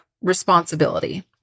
responsibility